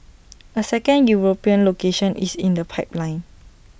A second european location is in the pipeline